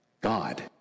God